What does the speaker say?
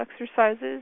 exercises